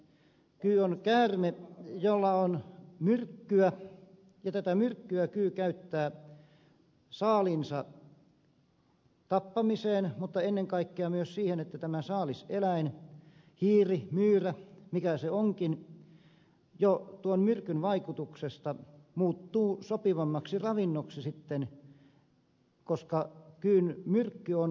kyy on käärme jolla on myrkkyä ja tätä myrkkyä kyy käyttää saaliinsa tappamiseen mutta ennen kaikkea siihen että tämä saaliseläin hiiri myyrä mikä se onkin jo tuon myrkyn vaikutuksesta muuttuu sopivammaksi ravinnoksi sitten koska kyyn myrkky on ruuansulatusnesteitä